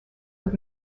with